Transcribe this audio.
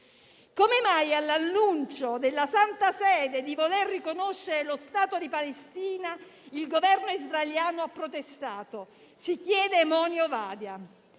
come mai, all'annuncio della Santa Sede di voler riconoscere lo Stato di Palestina, il Governo israeliano ha protestato; si risponde